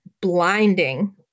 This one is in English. blinding